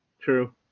True